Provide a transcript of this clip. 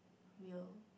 we are hope